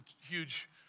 huge